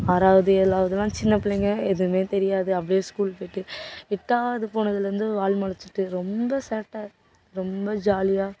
ஆறாவது ஏழாவதுலலாம் சின்ன பிள்ளைங்க எதுவுமே தெரியாது அப்படியே ஸ்கூல் போய்ட்டு எட்டாவது போனதிலேருந்து வால் முளச்சிட்டு ரொம்ப சேட்டை ரொம்ப ஜாலியாக